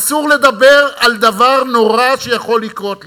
אסור לדבר על דבר נורא שיכול לקרות לנו.